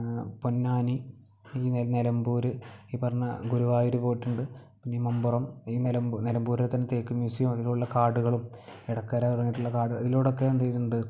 പൊന്നാനി ഈ നിലമ്പൂര് ഈ പറഞ്ഞ ഗുരുവായൂർ പോയിട്ടുണ്ട് ഈ മമ്പുറം ഈ നെല നിലമ്പൂരത്തെ തേക്ക് മ്യൂസിയമുള്ള അതിലുള്ള കാടുകളും എടക്കര ഇറങ്ങിയിട്ടുള്ള കാട് ഇതിലൂടെയൊക്കെ എന്ത് ചെയ്തിട്ടുണ്ട്